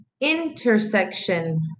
intersection